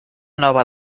nova